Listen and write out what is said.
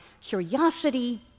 curiosity